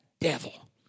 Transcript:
devil